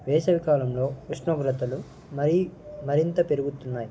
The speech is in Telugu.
వేసవికాలంలో ఉష్ణోగ్రతలు మరీ మరింత పెరుగుతున్నాయి